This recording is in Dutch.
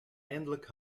eindelijk